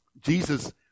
Jesus